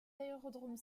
aérodromes